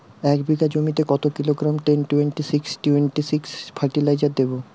এক বিঘা জমিতে কত kilogram ten twenty six twenty six fertilizer দেবো?